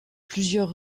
plusieurs